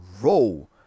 roll